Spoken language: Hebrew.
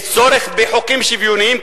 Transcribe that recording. יש צורך בחוקים שוויוניים,